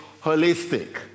holistic